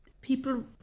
people